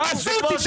תעשו,